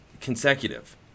consecutive